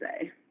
say